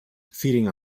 feeding